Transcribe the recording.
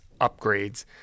upgrades